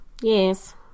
Yes